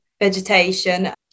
vegetation